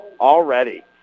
already